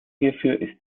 hierfür